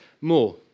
more